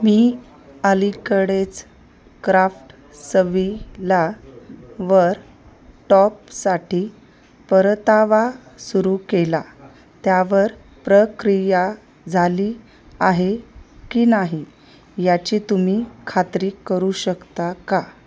मी अलीकडेच क्राफ्ट सवीलावर टॉपसाठी परतावा सुरू केला त्यावर प्रक्रिया झाली आहे की नाही याची तुम्ही खात्री करू शकता का